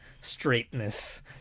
straightness